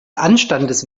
anstandes